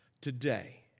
today